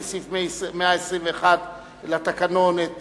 לפי סעיף 121 לתקנון, את